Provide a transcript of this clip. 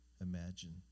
imagine